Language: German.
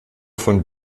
von